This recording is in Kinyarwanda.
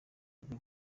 urwo